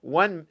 one